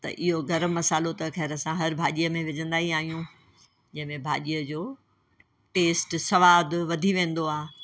त इहो गर्मु मसालो त ख़ैरु असां हर भाॼीअ में विझंदा ई आहियूं जंहिंमे भाॼीअ जो टेस्ट सवादु वधी वेंदो आहे